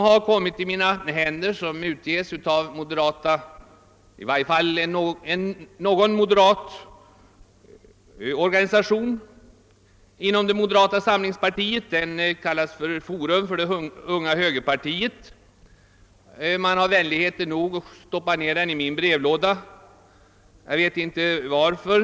Jag har här en skrift med namnet Forum för det unga högerpartiet. Den har man haft vänligheten att stoppa i min brevlåda. Jag vet inte varför.